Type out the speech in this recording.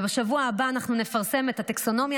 ובשבוע הבא אנחנו נפרסם את הטקסונומיה